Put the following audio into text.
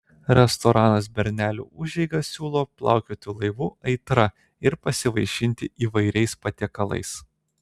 restoranas bernelių užeiga siūlo plaukioti laivu aitra ir pasivaišinti įvairiais patiekalais